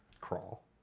Crawl